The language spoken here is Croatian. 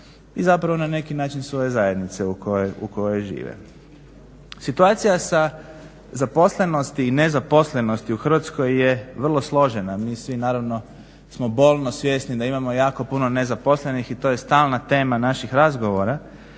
i zapravo na neki način svoje zajednice u kojoj žive. Situacija sa zaposlenosti i nezaposlenosti u Hrvatskoj je vrlo složena, mi svi naravno smo bolno svjesni da imamo jako puno nezaposlenih i to je sama tema naših razgovora.